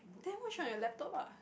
then watch on your laptop ah